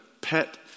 pet